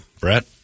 Brett